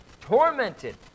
tormented